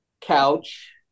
couch